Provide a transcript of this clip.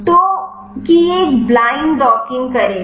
तो कि यह एक ब्लाइंड डॉकिंग करेगा